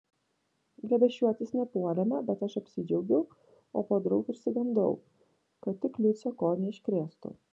glėbesčiuotis nepuolėme bet aš apsidžiaugiau o podraug išsigandau kad tik liucė ko neiškrėstų